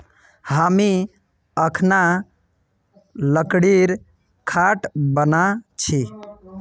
हामी अखना लकड़ीर खाट बना छि